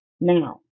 Now